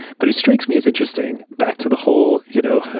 but it strikes me as interesting back to the whole you know